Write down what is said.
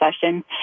session